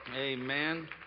Amen